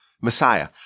Messiah